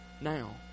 now